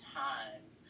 times